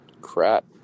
crap